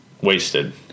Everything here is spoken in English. wasted